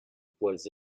poils